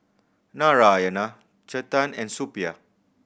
Narayana Chetan and Suppiah